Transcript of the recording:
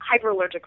hyperallergic